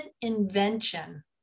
invention